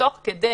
ותוך כדי